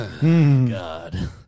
God